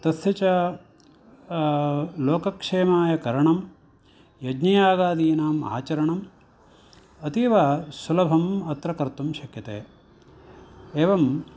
तस्य च लोकक्षेमायकरणं यज्ञयागादीनाम् आचरणम् अतीवसुलभम् अत्र कर्तुं शक्यते एवं